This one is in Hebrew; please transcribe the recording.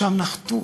שם נחתו,